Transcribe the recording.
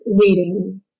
reading